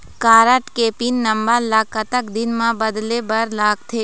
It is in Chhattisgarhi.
कारड के पिन नंबर ला कतक दिन म बदले बर लगथे?